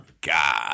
God